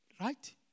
Right